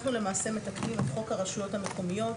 אנחנו למעשה מתקנים חוק הרשויות המקומיות,